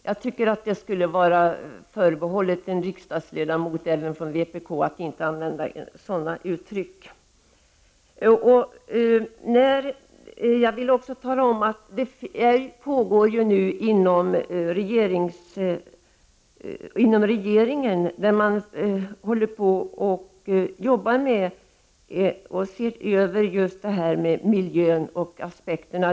Jag tycker att en riksdagsledamot inte borde använda ett sådant ord. Inom regeringen arbetar man med miljöfrågorna och olika aspekter på det området.